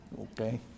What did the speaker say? okay